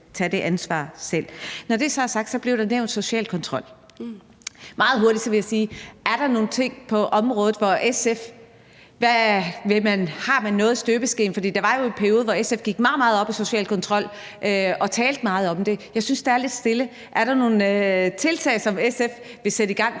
tage det ansvar selv. Når det så er sagt, blev der nævnt social kontrol. Jeg vil meget kort spørge, om SF har noget i støbeskeen. For der var jo en periode, hvor SF gik meget, meget op i social kontrol og talte meget om det. Jeg synes, der er lidt stille. Er der nogen tiltag, som SF vil sætte i gang